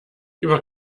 über